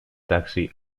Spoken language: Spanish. taxi